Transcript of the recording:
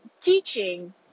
teaching